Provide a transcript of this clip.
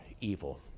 evil